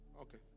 Okay